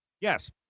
Yes